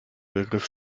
begriff